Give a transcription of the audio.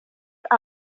att